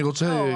אני רוצה --- לא,